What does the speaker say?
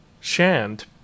Shand